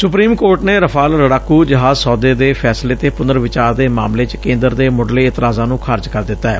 supreme court ਨੇ Rafale ਲੜਾਕੁ ਜਹਾਜ਼ ਸੌਦੇ ਦੇ ਫੈਸਲੇ ਤੇ ਪੁਨਰ ਵਿਚਾਰ ਦੇ ਮਾਮਲੇ ਚ ਕੇਦਰ ਦੇ ਮੁਢਲੇ ਇਤਰਾਜਾਂ ਨੂੰ ਖਾਰਿਜ ਕਰ ਦਿੱਤੈ